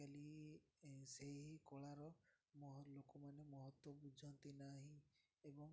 ସେହି କଳାର ମହ ଲୋକମାନେ ମହତ୍ତ୍ଵ ବୁଝନ୍ତି ନାହିଁ ଏବଂ ତା